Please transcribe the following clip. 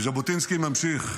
וז'בוטינסקי ממשיך: